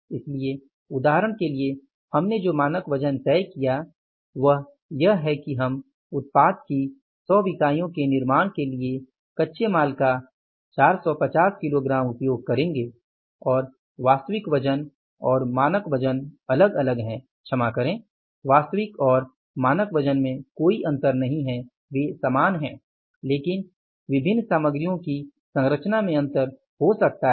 इसलिए उदाहरण के लिए हमने जो मानक वजन तय किया वह यह है कि हम उत्पाद की 100 इकाइयों के निर्माण के लिए कच्चे माल का 450 किलोग्राम उपयोग करेंगे और वास्तविक वजन और मानक वजन अलग अलग है क्षमा करें वास्तविक और मानक वजन में कोई अंतर नहीं है लेकिन विभिन्न सामग्रियों की संरचना में अंतर हो सकता है